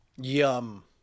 Yum